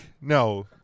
No